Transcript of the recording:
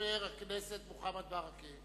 חבר הכנסת מוחמד ברכה.